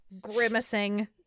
grimacing